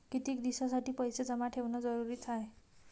कितीक दिसासाठी पैसे जमा ठेवणं जरुरीच हाय?